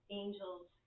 angels